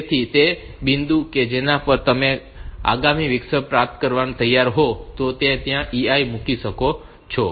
તેથી તે બિંદુ કે જેના પર તમે આગામી વિક્ષેપ પ્રાપ્ત કરવા માટે તૈયાર હોવ તો તમે ત્યાં EI મૂકી શકો છો